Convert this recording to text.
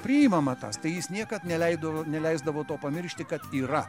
priimama tas tai jis niekad neleido neleisdavo to pamiršti kad yra